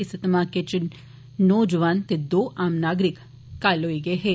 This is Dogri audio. इस धमाके च नौ जुआन ते दो आम नागरिक घायल होई गे हे